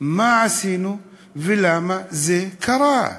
מה עשינו ולמה זה קרה.